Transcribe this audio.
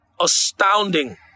astounding